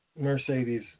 Mercedes